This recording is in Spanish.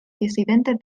disidentes